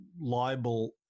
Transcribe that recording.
libel